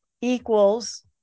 equals